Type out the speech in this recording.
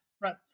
Right